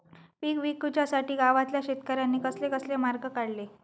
पीक विकुच्यासाठी गावातल्या शेतकऱ्यांनी कसले कसले मार्ग काढले?